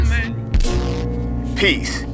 Peace